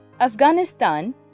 Afghanistan